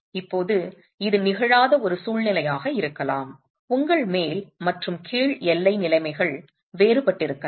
இப்போது இது நிகழாத ஒரு சூழ்நிலையாக இருக்கலாம் உங்கள் மேல் மற்றும் கீழ் எல்லை நிலைமைகள் வேறுபட்டிருக்கலாம்